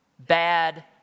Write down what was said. bad